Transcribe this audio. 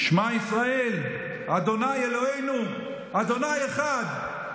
"שמע ישראל ה' אלוהינו ה' אחד".